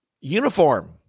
uniform